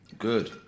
Good